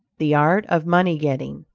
the art of money getting,